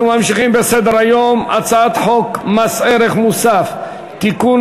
אנחנו ממשיכים בסדר-היום: הצעת חוק מס ערך מוסף (תיקון,